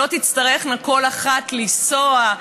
שלא תצטרכנה כל אחת לנסוע,